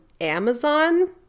Amazon